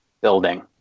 building